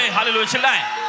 Hallelujah